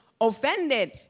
offended